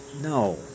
No